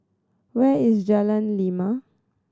where is Jalan Lima